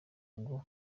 ngo